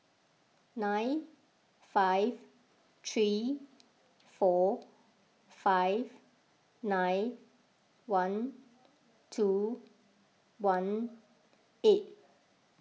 nine five three four five nine one two one eight